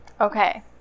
Okay